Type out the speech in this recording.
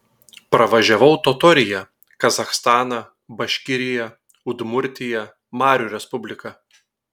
pravažiavau totoriją kazachstaną baškiriją udmurtiją marių respubliką